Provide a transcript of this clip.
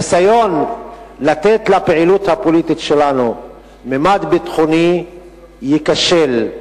הניסיון לתת לפעילות הפוליטית שלנו ממד ביטחוני ייכשל,